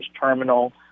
terminal